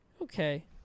Okay